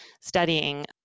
studying